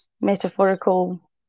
metaphorical